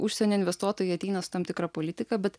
užsienio investuotojai ateina su tam tikra politika bet